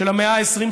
של המאה ה-20,